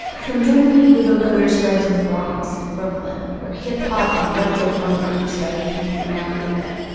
from germany, the vocoder spread to the bronx, in brooklyn where hip hop and electro-funk groups started playing around with it.